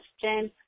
James